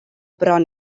bron